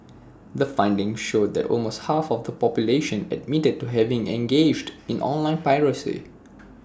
the findings showed that almost half of the population admitted to having engaged in online piracy